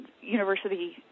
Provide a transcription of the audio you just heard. university